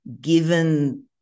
given